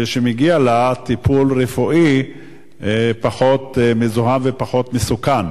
ומגיע לה טיפול רפואי פחות מזוהם ופחות מסוכן.